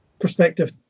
perspective